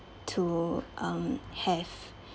to um have